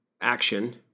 action